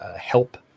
help